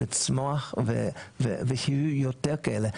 לצמוח ושיהיו יותר כאלה.